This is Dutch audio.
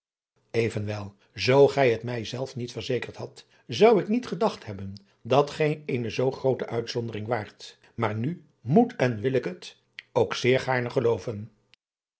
evenwel zoo gij het mij zelf niet verzekerd hadt zon ik niet gedacht hebben dat gij eene zoo groote uitzondering waart maar nu moet en wil ik het ook zeer gaarne gelooven